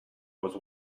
was